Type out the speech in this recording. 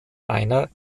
einer